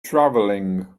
travelling